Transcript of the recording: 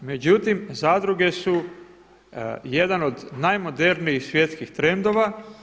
Međutim, zadruge su jedan od najmodernijih svjetskih trendova.